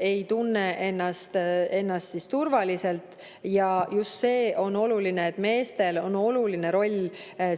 ei tunne ennast turvaliselt ja just see on oluline, et meestel on oluline roll